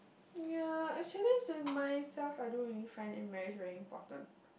ya actually to myself I don't really find that marriage very important